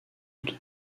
monde